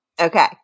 Okay